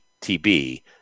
TB